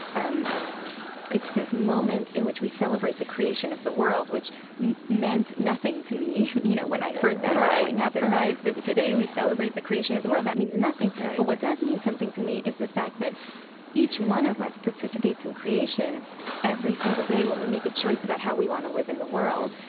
um it's this moment in which we celebrate the creation of the world, which meant nothing to me, you know, when i heard that growing up is, right. right today, we celebration the creation of the world, that means nothing right but what does mean something to me is the fact that each one of us participates in creation every single day, when we make a choice about how we want to live in the world.